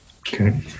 Okay